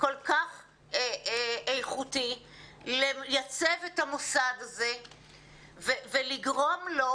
כל כך איכותי לייצב את המוסד הזה ולגרום לו